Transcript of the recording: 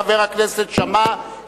חבר הכנסת שאמה,